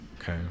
Okay